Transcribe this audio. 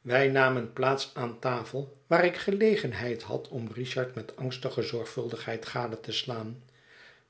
wij namen plaats aan tafel waar ik gelegenheid had om richard met angstige zorgvuldigheid gade te slaan